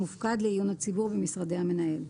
המופקד לעיון הציבור במשרדי המנהל,